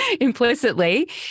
implicitly